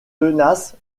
tenace